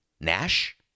Nash